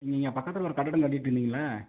நீங்கள் பக்கத்தில் ஒரு கட்டடம் கட்டுயிருந்தீங்களே